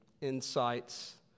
insights